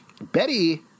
Betty